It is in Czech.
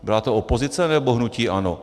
Byla to opozice, nebo hnutí ANO?